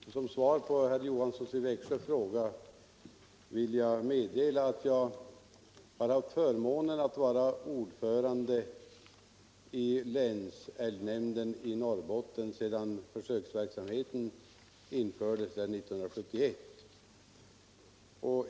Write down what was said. Fru talman! Som svar på herr Johanssons i Växjö fråga vill jag meddela att jag har haft förmånen att vara ordförande i länsälgnämnden i Norrbotten sedan försöksverksamheten infördes där 1971.